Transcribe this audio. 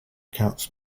cats